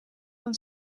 van